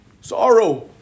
Sorrow